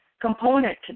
component